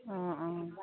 অঁ অঁ